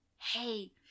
hey